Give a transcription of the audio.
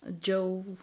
Joe